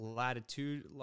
latitude